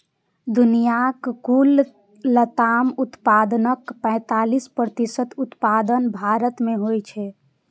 दुनियाक कुल लताम उत्पादनक पैंतालीस प्रतिशत उत्पादन भारत मे होइ छै